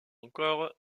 encore